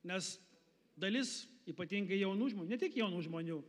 nes dalis ypatingai jaunų žmonių ne tik jaunų žmonių